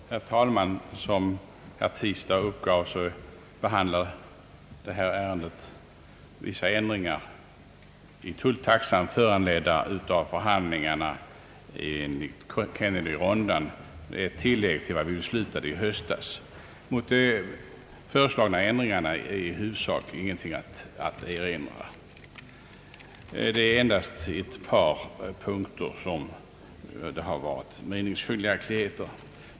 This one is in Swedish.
Herr talman! Som herr Tistad angav behandlar detta betänkande vissa ändringar i tulltaxan, föranledda av förhandlingarna i Kennedyronden. Det är ett tillägg till vad vi beslutade i höstas. Mot de föreslagna ändringarnas huvudsakliga innehåll finns ingenting att erinra. Det är endast ett par punkter där det varit meningsskiljaktigheter.